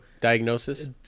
diagnosis